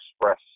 express